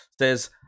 says